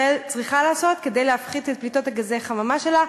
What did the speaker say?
מה ישראל צריכה לעשות כדי להפחית את פליטות גזי החממה שלה,